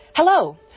Hello